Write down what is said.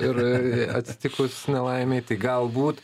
ir ir atsitikus nelaimei tai galbūt